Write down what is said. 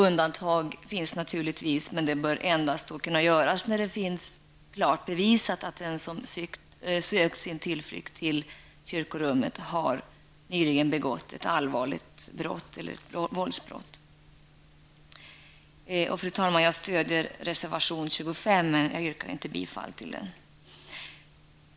Undantag finns naturligtvis, men de bör endast kunna göras när det klart kan bevisas att den som sökt sin tillflykt till kyrkorummet nyligen har begått ett allvarligt brott eller våldsbrott. Fru talman! Jag stödjer reservation 25, men yrkar inte bifall till den.